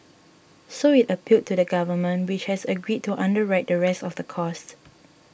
so it appealed to the Government which has agreed to underwrite the rest of the cost